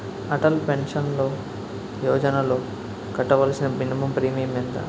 Atal pension యోజనలో కట్టవలసిన minimum premium ఎంత?